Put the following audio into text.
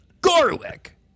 Garlic